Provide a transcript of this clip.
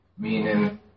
Meaning